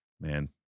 Man